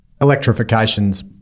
electrification's